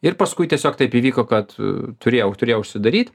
ir paskui tiesiog taip įvyko kad turėjau turėjau užsidaryt